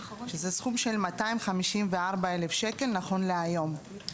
שזה סכום של 254,000 שקל נכון להיום.